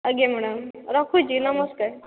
ଆଜ୍ଞା ମ୍ୟାଡ଼ମ୍ ରଖୁଛି ନମସ୍କାର